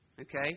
Okay